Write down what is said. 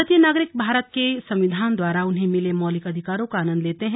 भारतीय नागरिक भारत के संविधान द्वारा उन्हें मिले मौलिक अधिकारों का आनंद लेते हैं